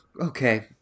Okay